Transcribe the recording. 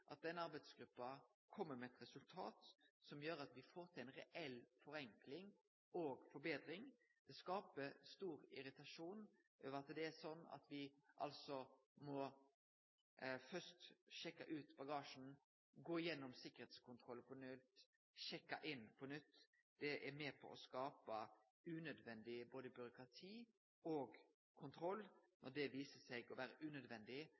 at den arbeidsgruppa kjem med eit resultat som gjer at me får til ei reell forenkling og forbetring. Det skapar stor irritasjon at det er slik at me må sjekke ut bagasjen, gå gjennom sikkerheitskontrollen på nytt og sjekke inn på nytt. Det er med på å skape byråkrati og kontroll som viser seg å vere unødvendig,